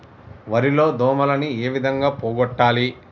వరి లో దోమలని ఏ విధంగా పోగొట్టాలి?